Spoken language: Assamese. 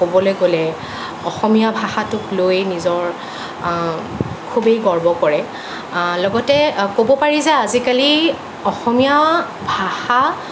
ক'বলে গ'লে অসমীয়া ভাষাটোক লৈ নিজৰ খুবেই গৰ্ব কৰে লগতে ক'ব পাৰি যে আজিকালি অসমীয়া ভাষা